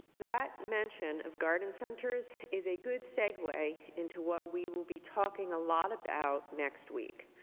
that mention of garden centers is a good segue into what we will be talking a lot about next week.